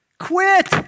quit